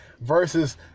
versus